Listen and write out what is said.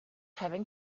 having